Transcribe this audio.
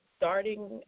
Starting